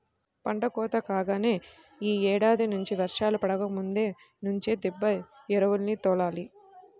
పంట కోత కాగానే యీ ఏడాది నుంచి వర్షాలు పడకముందు నుంచే దిబ్బ ఎరువుల్ని తోలాలి